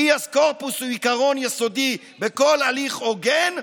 הביאס קורפוס הוא עיקרון יסודי בכל הליך הוגן,